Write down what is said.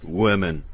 women